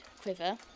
quiver